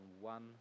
one